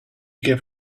give